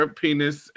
penis